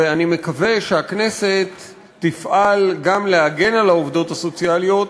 ואני מקווה שהכנסת תפעל גם להגן על העובדות הסוציאליות,